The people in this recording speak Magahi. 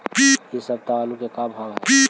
इ सप्ताह आलू के का भाव है?